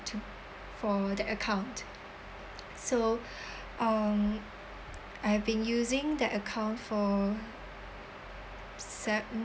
to for the account so um I've been using the account for